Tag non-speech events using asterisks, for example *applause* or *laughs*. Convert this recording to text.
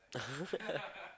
*laughs*